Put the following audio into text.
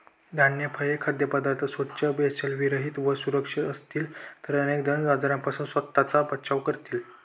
धान्य, फळे, खाद्यपदार्थ स्वच्छ, भेसळविरहित व सुरक्षित असतील तर अनेक जण आजारांपासून स्वतःचा बचाव करतील